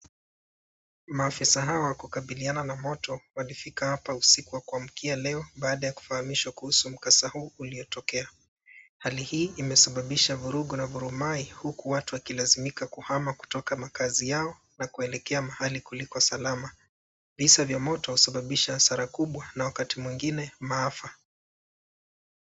Maafisa hawa wa kukabiliana na moto walifika hapa usiku wa kuamkia leo baada ya kufahamishwa kuhusu mkasa huu uliotokea. Hali hii imesababisha vurugu na vurumai huku watu wakilazimika kuhama kutoka makazi yao kuelekea mahali kuliko salama. Visa vya moto husababisha hasara kubwa na wakati mwingine maafa.